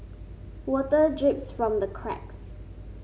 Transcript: water drips from the cracks